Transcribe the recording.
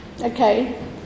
Okay